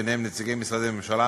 ובהם נציגי משרדי ממשלה,